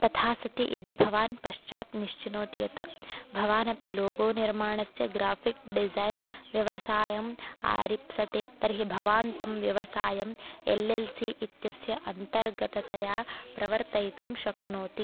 तथा सति यदि भवान् पश्चात् निश्चिनोति यत् भवानपि लोगो निर्माणस्य ग्राफ़िक् डिज़ैन् व्यवसायम् आरप्स्यते तर्हि भवान् तं व्यवसायम् एल् एल् सि इत्यस्य अन्तर्गततया प्रवर्तयितुं शक्नोति